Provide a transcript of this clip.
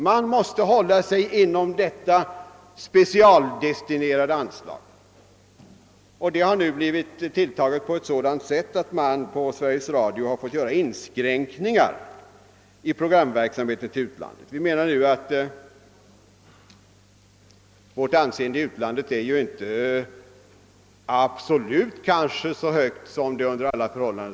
Man måste hålla sig inom det specialdestinerade anslaget, och det är så snävt tilltaget att Sveriges Radio fått göra inskränkningar i programverksamheten till utlandet. Vårt anseende i utlandet är kanske inte så högt som det skulle kunna vara.